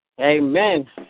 Amen